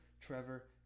Trevor